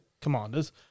Commanders